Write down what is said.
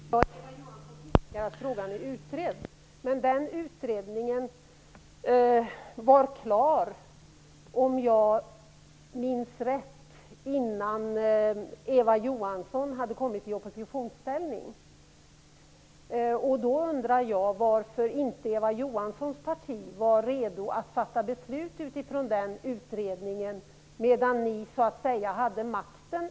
Herr talman! Eva Johansson påpekade att frågan är utredd. Men den utredningen var klar -- om jag minns rätt -- innan Eva Johansson hade kommit i oppositionsställning. Jag undrar varför Eva Johanssons parti inte var redo att fatta beslut med den utredningen som underlag när de hade makten.